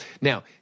Now